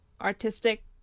artistic